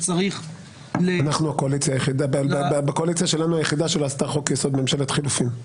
אנחנו הקואליציה היחידה שלא עשתה חוק יסוד: ממשלת חילופין.